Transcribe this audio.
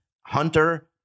Hunter